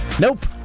Nope